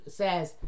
says